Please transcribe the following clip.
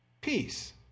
peace